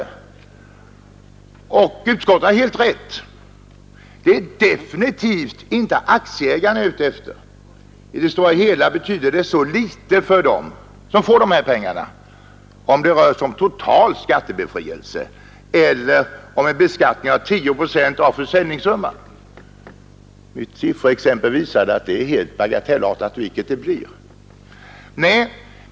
Och utskottet har helt rätt — det är definitivt inte aktieägarna jag är ute efter, i det stora hela betyder det så litet för dem som får dessa pengar om det rör sig om total skattebefrielse eller om en beskattning på 10 procent av försäljningssumman. Mitt sifferexempel visade att skillnaden ändå är tämligen liten.